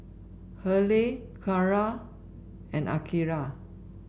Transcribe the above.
Hurley Kara and Akira